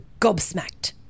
gobsmacked